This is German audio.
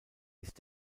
ist